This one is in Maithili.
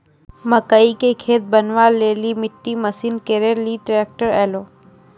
मकई के खेत बनवा ले ली मिट्टी महीन करे ले ली ट्रैक्टर ऐलो?